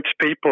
people